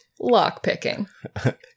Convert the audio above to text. lockpicking